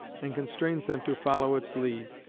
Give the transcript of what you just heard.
and constrains them to follow its lead,